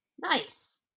Nice